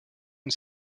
une